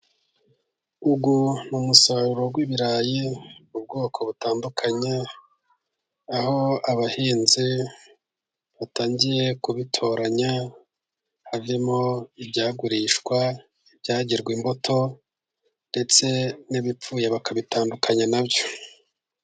uyu ni umusaruro w'ibirayi w'ubwoko butandukanye aho abahinzi batangiye kubitoranya havamo ibyagurishwa, ibyagirwa imbuto ndetse n'ibipfuye bakabitandukanya nabyo.